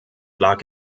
lag